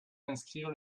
inscrire